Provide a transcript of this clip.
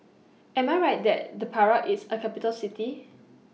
Am I Right that The Prague IS A Capital City